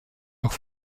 auch